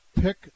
pick